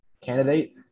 candidate